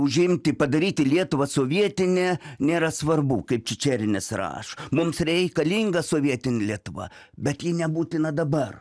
užimti padaryti lietuvą sovietine nėra svarbu kaip čičerinas rašo mums reikalinga sovietinė lietuva bet ji nebūtina dabar